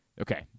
Okay